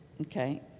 Okay